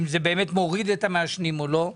האם זה באמת מוריד את מספר המעשנים או לא.